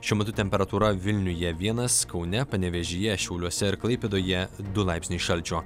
šiuo metu temperatūra vilniuje vienas kaune panevėžyje šiauliuose ir klaipėdoje du laipsniai šalčio